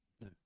No